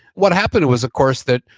what happened was of course that,